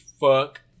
fuck